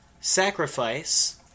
Sacrifice